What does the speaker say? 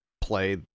play